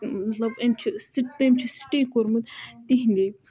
مطلب أمۍ چھِ سہِ أمۍ چھِ سٹے کوٚرمُت تِہِنٛدے